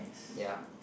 ya